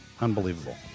unbelievable